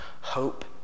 hope